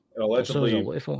Allegedly